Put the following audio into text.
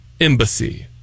Embassy